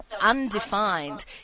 undefined